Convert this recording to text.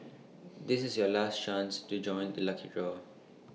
this is your last chance to join the lucky draw